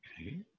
Okay